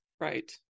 Right